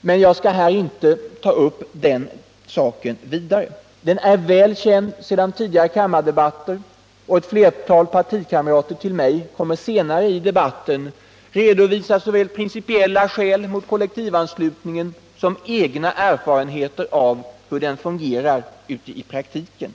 men jag skall här inte ta upp den saken vidare. Den är väl känd sedan tidigare kammardebatter, och ett flertal partikamrater till mig kommer senare under debatten att redovisa såväl principiella skäl mot kollektivanslutningen som egna erfarenheter av hur den fungerar i praktiken.